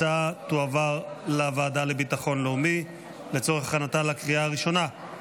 ההצעה תועבר לוועדה לביטחון לאומי לצורך הכנתה לקריאה הראשונה.